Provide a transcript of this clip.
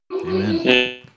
Amen